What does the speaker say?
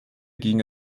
ging